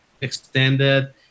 extended